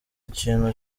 ikintu